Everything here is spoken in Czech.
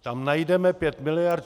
Tam najdeme pět miliard.